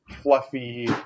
fluffy